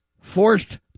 forced